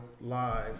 live